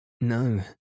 No